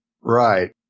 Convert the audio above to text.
Right